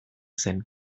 zen